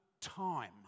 time